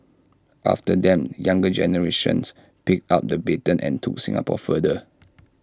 after them younger generations picked up the baton and took Singapore further